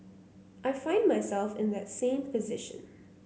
I find myself in that same position